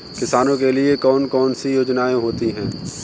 किसानों के लिए कौन कौन सी योजनायें होती हैं?